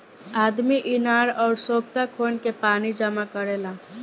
आदमी इनार अउर सोख्ता खोन के पानी जमा करेला